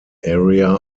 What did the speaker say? area